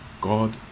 God